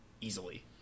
easily